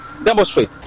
Demonstrate